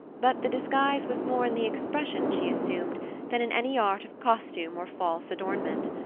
but the disguise was more in the expression she assumed than in any art of costume or false adornment.